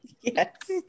Yes